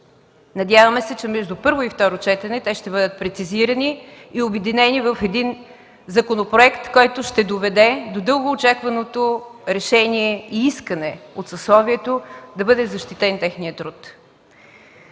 Надяваме се, че между първо и второ четене те ще бъдат прецизирани и обединени в един законопроект, който ще доведе до дългоочакваното решение и искане от съсловието да бъде защитен техният труд.